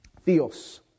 Theos